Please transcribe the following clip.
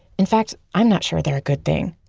in fact, i'm not sure they're a good thing,